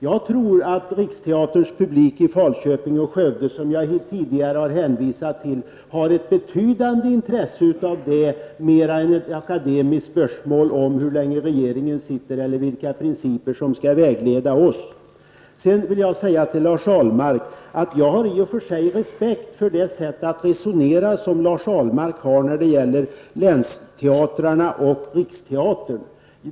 Jag tror att Riksteaterns publik i Falköping och Skövde, som jag tidigare hänvisat till, har ett betydande större intresse av att få veta det än av en akademisk diskussion om hur länge regeringen sitter eller vilka principer som skall vägleda oss. Till Lars Ahlmark vill jag säga att jag i och för sig har respekt för det sätt att resonera som Lars Ahlmark har när det gäller länsteatrarna och Riksteatern.